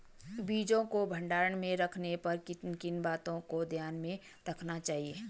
बीजों को भंडारण में रखने पर किन किन बातों को ध्यान में रखना चाहिए?